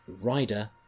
rider